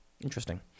Interesting